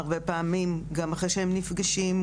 הרבה פעמים גם אחרי שהם נפגשים,